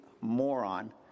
moron